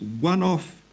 one-off